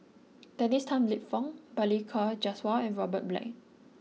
Dennis Tan Lip Fong Balli Kaur Jaswal and Robert Black